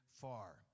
far